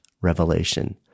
revelation